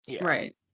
right